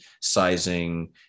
sizing